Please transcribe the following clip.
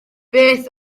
beth